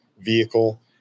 vehicle